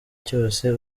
cyose